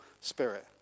spirit